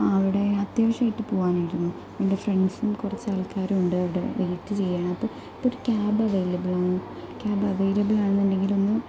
അവിടെ അത്യാവശ്യം ആയിട്ട് പോവാനായിരുന്നു എൻ്റെ ഫ്രണ്ട്സും കുറച്ചാൾക്കാരുവുണ്ട് അവിടെ വെയിറ്റ് ചെയ്യുകയാണ് അപ്പം ഒരു ക്യാബ് അവൈലബിലാണോ ക്യാബ് അവൈലബിലാണ് എന്നുണ്ടെങ്കിൽ ഒന്ന്